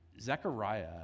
Zechariah